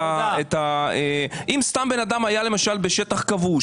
אם אדם היה למשל בשטח כבוש,